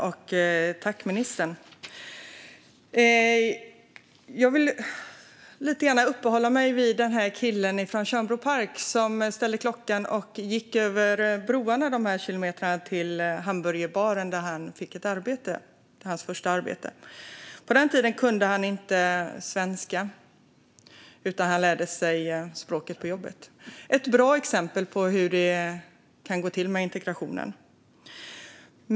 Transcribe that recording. Fru talman! Jag vill uppehålla mig vid killen från Tjörnbro park som ställde klockan och gick de här kilometerna över broarna till hamburgerbaren, där han fick sitt första arbete. På den tiden kunde han inte svenska, utan han lärde sig språket på jobbet. Det är ett bra exempel på hur det kan gå till med integrationen.